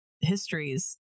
histories